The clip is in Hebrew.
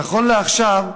נכון לעכשיו,